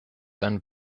ein